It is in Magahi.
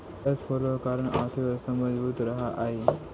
कैश फ्लो के कारण अर्थव्यवस्था मजबूत रहऽ हई